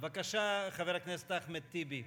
בבקשה, חבר הכנסת אחמד טיבי.